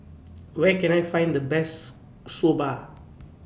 Where Can I Find The Best Soba